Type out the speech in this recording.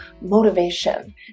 motivation